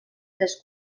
tres